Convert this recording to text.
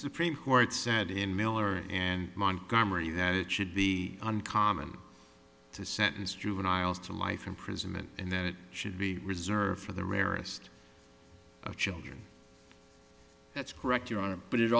supreme court said in miller and montgomery that it should be uncommon to sentence juveniles to life imprisonment and then it should be reserved for the rarest of children that's correct your honor but it